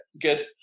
Good